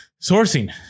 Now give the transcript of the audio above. sourcing